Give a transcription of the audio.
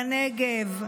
בנגב,